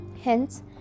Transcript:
Hence